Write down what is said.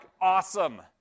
awesome